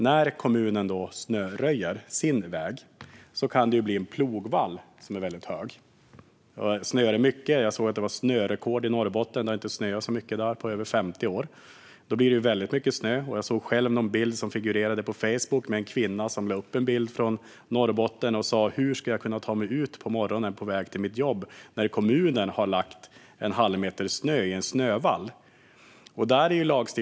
När kommunen snöröjer sin väg kan det bli en väldigt hög plogvall. Jag såg att det var snörekord i Norrbotten; det har inte snöat så mycket där på över 50 år. Då blir det väldigt mycket snö. Jag såg själv en bild på Facebook. En kvinna lade upp en bild från Norrbotten och sa: Hur ska jag kunna ta mig ut på morgonen för att komma till mitt jobb när kommunen har lagt en halvmeter snö i en snövall?